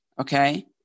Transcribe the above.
okay